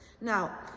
Now